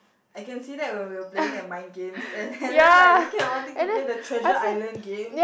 I can see that when we were playing at mind games and and then like you kept wanting to play the treasure island game